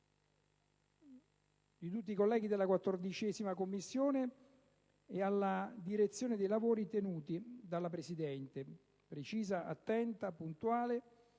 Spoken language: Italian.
di tutti i colleghi della 14a Commissione e alla direzione dei lavori tenuta dalla presidente Boldi, precisa, attenta, puntuale,